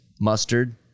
mustard